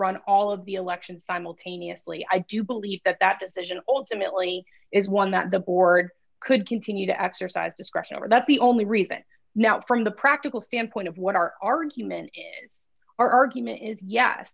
run all of the election simultaneously i do believe that that decision ultimately is one that the board could continue to exercise discretion over that's the only reason now from the practical standpoint of what our argument our argument is yes